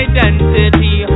Identity